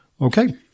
Okay